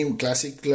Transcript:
classic